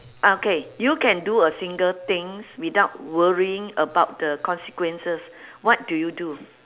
okay you can do a single things without worrying about the consequences what do you do